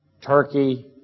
Turkey